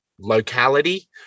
locality